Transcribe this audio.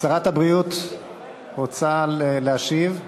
שרת הבריאות רוצה להשיב.